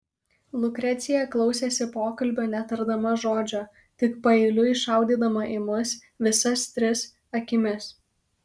lukrecija klausėsi pokalbio netardama žodžio tik paeiliui šaudydama į mus visas tris akimis